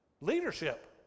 leadership